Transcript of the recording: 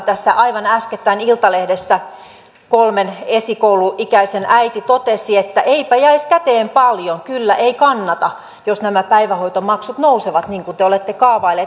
tässä aivan äskettäin iltalehdessä kolmen esikouluikäisen äiti totesi että eipä jäisi käteen paljon kyllä ei kannata jos nämä päivähoitomaksut nousevat niin kuin te olette kaavailleet